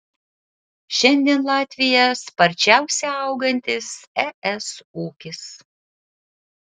šiandien latvija sparčiausiai augantis es ūkis